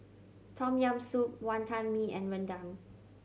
Tom Yam Soup Wantan Mee and rendang